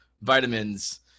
vitamins